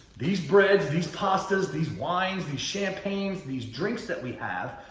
these breads, these pastas, these wines, these champagnes, these drinks that we have,